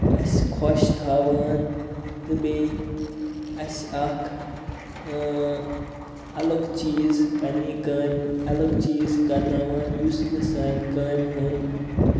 اَسہِ خۄش تھاوان تہٕ بیٚیہِ اَسہِ اکھ اَلگ چیٖز پَنٕنہِ کامہِ اَلگ چیٖز کرناوان یُس نہٕ سانہِ کامہِ ہُنٛد